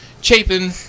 Chapin